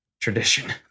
Tradition